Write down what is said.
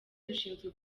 dushinzwe